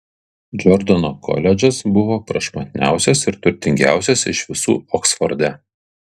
džordano koledžas buvo prašmatniausias ir turtingiausias iš visų oksforde